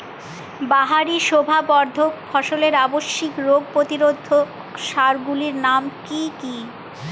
বাহারী শোভাবর্ধক ফসলের আবশ্যিক রোগ প্রতিরোধক সার গুলির নাম কি কি?